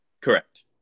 Correct